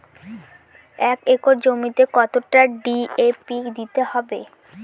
এক একর জমিতে কতটা ডি.এ.পি দিতে হবে?